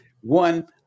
One